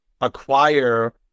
acquire